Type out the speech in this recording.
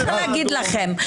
תסתיים.